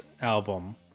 album